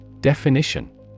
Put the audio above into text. Definition